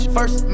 First